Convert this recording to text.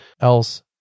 else